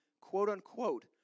quote-unquote